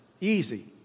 Easy